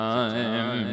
time